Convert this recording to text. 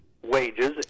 Wages